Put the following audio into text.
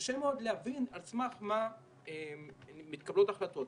קשה מאוד להבין על סמך מה מתקבלות החלטות.